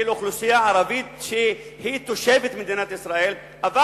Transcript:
באוכלוסייה הערבית שהם תושבי מדינת ישראל אבל